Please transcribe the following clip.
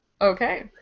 Okay